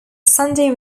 sunday